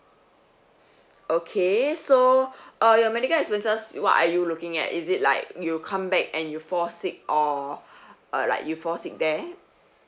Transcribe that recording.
okay so uh your medical expenses what are you looking at is it like you come back and you fall sick or uh like you fall sick there